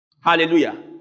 Hallelujah